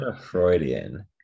freudian